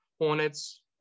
hornets